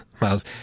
Miles